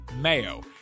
mayo